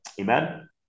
amen